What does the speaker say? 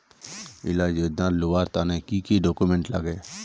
इला योजनार लुबार तने की की डॉक्यूमेंट लगे?